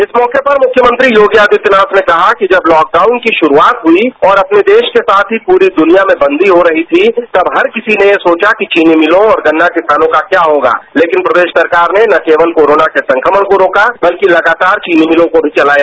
इस मौके पर मुख्यमंत्री योगी आदित्यनाथ ने कहा कि जब लॉकडाउन की शुरुआत हुई और अपने देश के साथ ही पूरी दुनिया में बंदी हो रही थी तब हर किसी ने ये सोचा कि चीनी मिलों और गन्ना किसानों का क्या होगा तेकिन प्रदेश सरकार ने न केवल कोरोना के संक्रमण को रोका बल्कि लगातार चीनी मिलों को भी चलाया